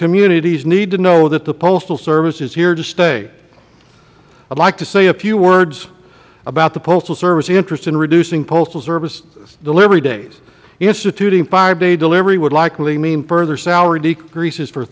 communities need to know that the postal service is here to stay i would like to say a few words about the postal service's interest in reducing postal service delivery days instituting five day delivery would likely mean further salary decreases for